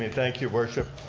thank you, worship.